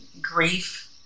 grief